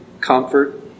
comfort